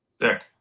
Sick